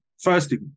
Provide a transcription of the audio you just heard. firstly